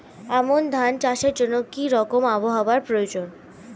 আমন ধান চাষের জন্য কি রকম আবহাওয়া প্রয়োজন?